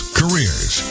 careers